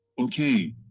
Okay